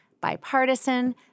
Bipartisan